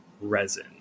resin